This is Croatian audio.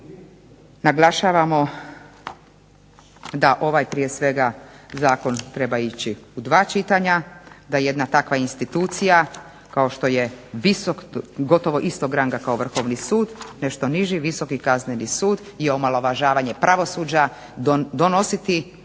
naglašavamo da ovaj prije svega zakon treba ići u dva čitanja, da jedna takva institucija kao što je visok gotovo istog ranga kao Vrhovni sud nešto niži Visoki kazneni sud je omalovažavanje pravosuđa donositi